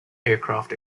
aircraft